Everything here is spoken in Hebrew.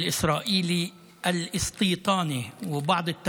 היו בה עשרות הרוגים ופצועים.